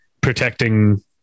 protecting